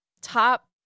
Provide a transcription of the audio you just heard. top